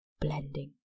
blending